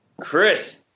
Chris